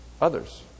others